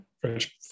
french